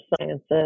Sciences